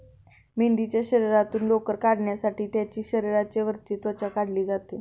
मेंढीच्या शरीरातून लोकर काढण्यासाठी त्यांची शरीराची वरची त्वचा काढली जाते